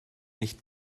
nicht